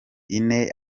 ine